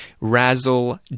Razzle